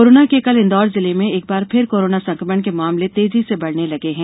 corona के कल इंदौर जिले में एक बार फिर कोरोना संक्रमण के मामले तेजी से बढ़ने लगे हैं